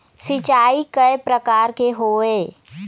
सिचाई कय प्रकार के होये?